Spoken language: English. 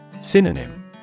Synonym